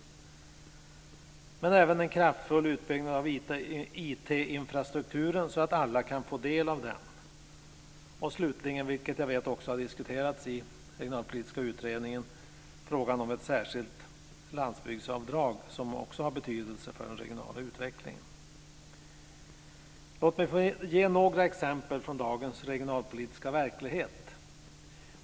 Det handlar vidare om en kraftfull utbyggnad av IT-infrastrukturen så att alla kan få del av denna. Slutligen, vilket jag vet också har diskuterats i den regionalpolitiska utredningen, gäller det frågan om ett särskilt landsbygdsavdrag. Det har också betydelse för den regionala utvecklingen. Låt mig få ge några exempel från dagens regionalpolitiska verklighet.